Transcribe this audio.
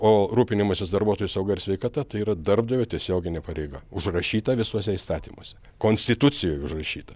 o rūpinimasis darbuotojų sauga ir sveikata tai yra darbdavio tiesioginė pareiga užrašyta visuose įstatymuose konstitucijoj užrašyta